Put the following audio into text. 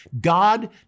God